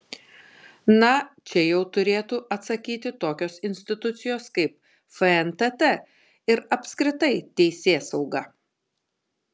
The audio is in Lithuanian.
na čia jau turėtų atsakyti tokios institucijos kaip fntt ir apskritai teisėsauga